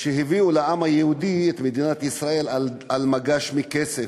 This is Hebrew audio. שהביאו לעם היהודי את מדינת ישראל על מגש מכסף.